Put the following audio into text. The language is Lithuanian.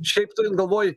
šiaip turint galvoj